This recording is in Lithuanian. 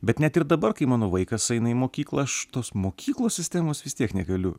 bet net ir dabar kai mano vaikas eina į mokyklą aš tos mokyklos sistemos vis tiek negaliu